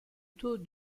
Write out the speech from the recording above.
taux